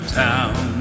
town